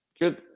good